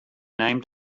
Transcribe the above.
named